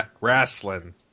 wrestling